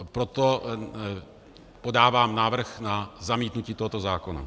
Proto podávám návrh na zamítnutí tohoto zákona.